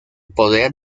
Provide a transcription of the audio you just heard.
poder